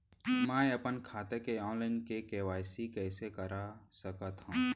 मैं अपन खाता के ऑनलाइन के.वाई.सी कइसे करा सकत हव?